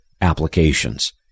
applications